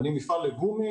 אני מפעל הגומי